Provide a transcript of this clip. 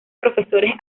profesores